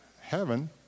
heaven